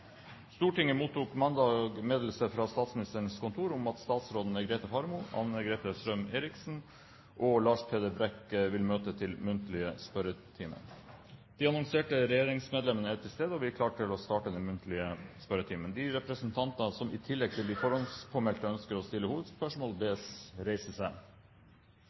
De annonserte regjeringsmedlemmene er til stede, og vi er klare til å starte den muntlige spørretimen. De representanter som i tillegg til de forhåndspåmeldte ønsker å stille hovedspørsmål, bes reise seg.